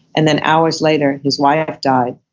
and then hours later his wife died.